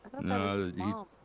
no